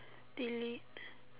delete